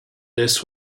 this